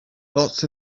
lots